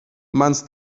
mans